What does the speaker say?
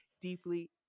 deeply